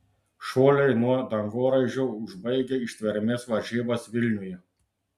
šuoliai nuo dangoraižio užbaigė ištvermės varžybas vilniuje